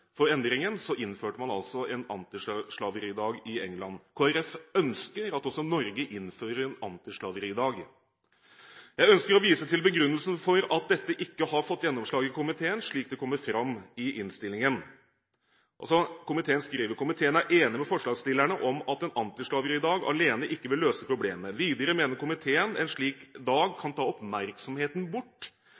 for endringen, innførte man altså en antislaveridag i England. Kristelig Folkeparti ønsker at også Norge innfører en antislaveridag. Jeg ønsker å vise til begrunnelsen for at dette ikke har fått gjennomslag i komiteen, slik det kommer fram i innstillingen. Komiteen skriver: «Komiteen er enig med forslagsstillerne om at en antislaveri-dag alene ikke vil løse problemet. Videre mener komiteen en slik dag kan ta oppmerksomheten bort